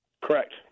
Correct